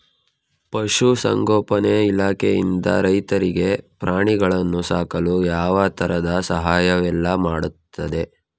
ಪಶುಸಂಗೋಪನೆ ಇಲಾಖೆಯಿಂದ ರೈತರಿಗೆ ಪ್ರಾಣಿಗಳನ್ನು ಸಾಕಲು ಯಾವ ತರದ ಸಹಾಯವೆಲ್ಲ ಮಾಡ್ತದೆ?